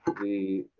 the